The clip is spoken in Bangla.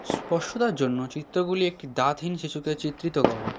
স্পষ্টতার জন্য চিত্রগুলি একটি দাঁতহীন শিশুকে চিত্রিত করে